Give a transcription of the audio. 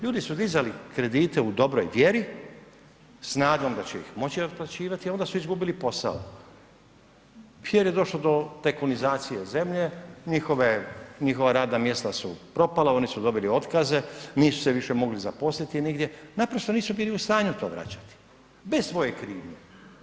Ljudi su dizali kredite u dobroj vjeri, s nadom da će ih moći otplaćivati, a onda su izgubili posao jer je došlo do tajkunizacije zemlje, njihove, njihova radna mjesta su propala, oni su dobili otkaze, nisu se više mogli zaposliti nigdje, naprosto nisu bili u stanju to vraćati, bez svoje krivnje.